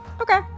Okay